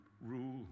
rule